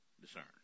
discerned